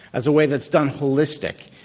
as a way that's done holistic,